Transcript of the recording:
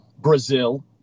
Brazil